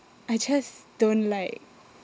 I just don't like